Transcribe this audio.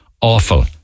Awful